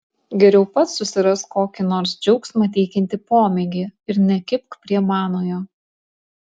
geriau pats susirask kokį nors džiaugsmą teikiantį pomėgį ir nekibk prie manojo